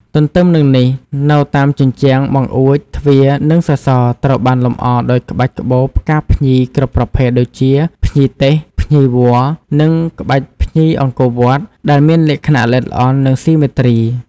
ទទ្ទឹមនឹងនេះ នៅតាមជញ្ជាំង បង្អួច ទ្វារ និងសសរត្រូវបានលម្អដោយក្បាច់ក្បូរផ្កាភ្ញីគ្រប់ប្រភេទដូចជាភ្ញីទេស ភ្ញីវល្លិ និងក្បាច់ភ្ញីអង្គរវត្ត ដែលមានលក្ខណៈល្អិតល្អន់ និងស៊ីមេទ្រី។